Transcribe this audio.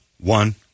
one